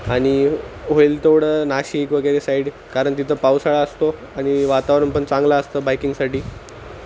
आणि होईल तेवढं नाशिक वगैरे साईड कारण तिथं पावसाळा असतो आणि वातावरण पण चांगलं असतं बाईकिंगसाठी